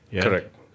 Correct